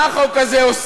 מה החוק הזה?